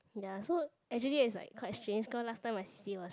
ya so actually it's like quite strange cause last time I see was